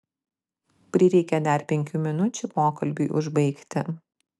prireikė dar penkių minučių pokalbiui užbaigti